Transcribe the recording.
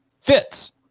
fits